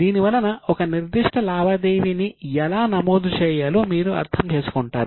దీనివలన ఒక నిర్దిష్ట లావాదేవీని ఎలా నమోదు చేయాలో మీరు అర్థం చేసుకుంటారు